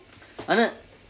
ஆனா:aanaa